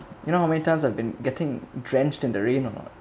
you know how many times I've been getting drenched in the rain or not